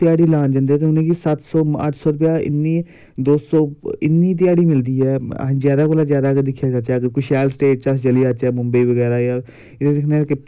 मेरे इयै बचार नै कि हर बंदा हर जेह्ड़ा बी बच्चे ने हर इक उं'दे घरा अह्लें गै उनें लाना चाहिदा गेम च उनें गेम कोला रोकना नी चाहिदा उनें हर गेम खलानी चाहिदी